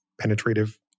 penetrative